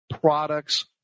products